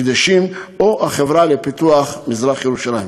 הקדשים או החברה לפיתוח מזרח-ירושלים.